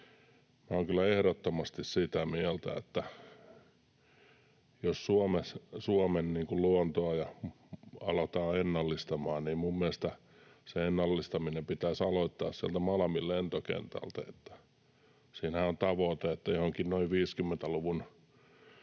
olen kyllä ehdottomasti sitä mieltä, että jos Suomen luontoa aletaan ennallistamaan, niin minun mielestäni se ennallistaminen pitäisi aloittaa sieltä Malmin lentokentältä. Siinähän on tavoite, että johonkin noin 50-luvun